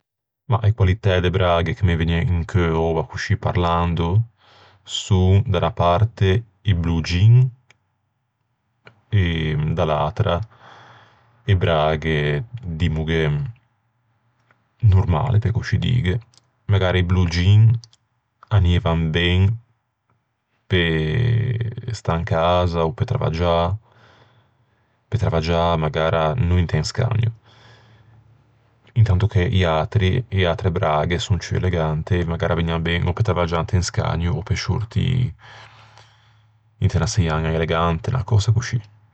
Mah, e qualitæ de braghe che me vëgnan in cheu coscì, parlando, son da unna parta i blue jeans e da l'atra e braghe dimmoghe normale, pe coscì dîghe. Magara i blue jeans anieivan ben pe stâ in casa ò pe travaggiâ... Pe travaggiâ magara no inte un scagno. Intanto che i atri, e atre braghe son ciù elegante e magara vëgnan ben ò pe travaggiâ inte un scagno ò pe sciortî inte unna seiaña elegante, unna cösa coscì.